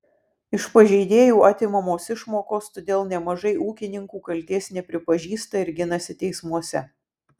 iš pažeidėjų atimamos išmokos todėl nemažai ūkininkų kaltės nepripažįsta ir ginasi teismuose